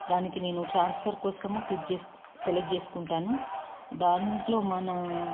దానికి నేను ట్రాన్స్ఫర్ కోసము క్లిక్ జే సెలెక్ట్ చేసుకుంటాను దాంట్లో మన